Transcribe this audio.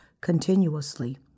continuously